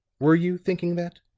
were you thinking that?